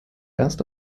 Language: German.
erste